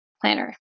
planner